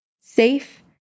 safe